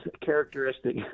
characteristic